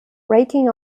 raking